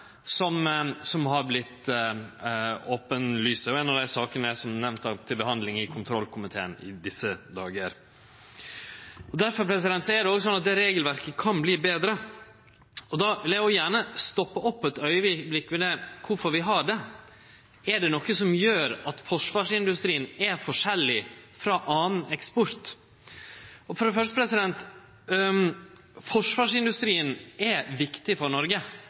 hol, som har vorte openberre m.a. dei siste åra, og ei av dei sakene er som nemnt til behandling i kontrollkomiteen i desse dagar. Difor er det òg slik at regelverket kan verte betre, og då vil eg gjerne stoppe opp ein augneblink ved kvifor vi har det. Er det noko som gjer at forsvarsindustrien er forskjellig frå annan eksport? For det første: Forsvarsindustrien er viktig for Noreg